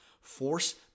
Force